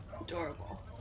Adorable